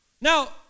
Now